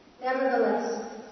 Nevertheless